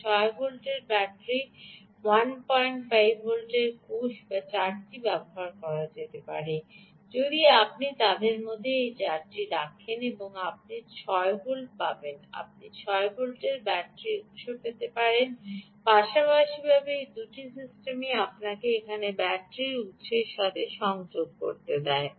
আপনার 6 ভোল্টের ব্যাটারি 15 ভোল্টের কোষও তাদের 4 টি ব্যবহার করা যেতে পারে যদি আপনি যদি তাদের মধ্যে একটি 4 রাখেন তবে আপনি 6 ভোল্ট পাবেন বা আপনি 6 ভোল্টের ব্যাটারি উত্স পেতে পারেন পাশাপাশি এই দুটি সিস্টেমই আপনাকে এখানে ব্যাটারি উত্সের সাথে সংযোগ করতে হবে